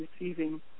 receiving